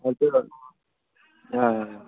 آ